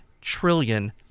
trillion